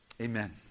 Amen